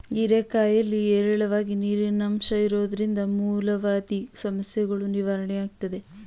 ಹೀರೆಕಾಯಿಲಿ ಹೇರಳವಾಗಿ ನೀರಿನಂಶ ಇರೋದ್ರಿಂದ ಮೂಲವ್ಯಾಧಿ ಸಮಸ್ಯೆಗಳೂ ನಿವಾರಣೆಯಾಗ್ತದೆ